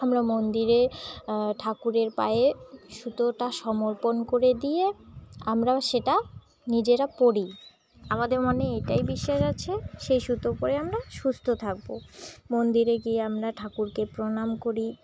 আমরা মন্দিরে ঠাকুরের পায়ে সুতোটা সমর্পণ করে দিয়ে আমরা সেটা নিজেরা পড়ি আমাদের মনে এটাই বিশ্বাস আছে সেই সুতো পড়ে আমরা সুস্থ থাকবো মন্দিরে গিয়ে আমরা ঠাকুরকে প্রণাম করি